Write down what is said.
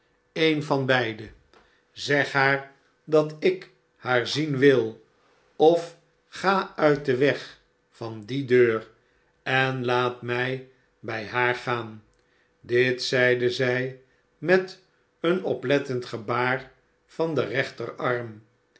een van beide zeg haar dat ik haar zien wil of ga uit den weg van die deur en laat mtj by haar gaan dit zeide zn met een oplettend gebaar van den rechterarm